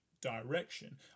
direction